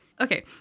Okay